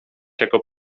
jako